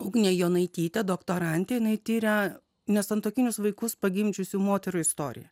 ugnė jonaitytė doktorantė jinai tiria nesantuokinius vaikus pagimdžiusių moterų istoriją